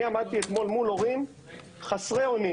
אני עמדתי אתמול מול הורים חסרי אונים